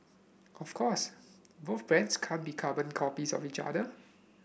of course both brands can't be carbon copies of each other